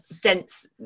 dense